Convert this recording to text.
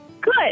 Good